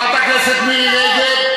חברת הכנסת מירי רגב,